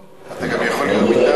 כלכלה,